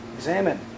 Examine